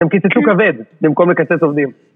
הם קיצצו כבד במקום לקצץ עובדים